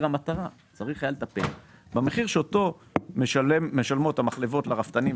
המטרה; במחיר שאותו משלמות המחלבות לרפתנים.